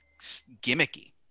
gimmicky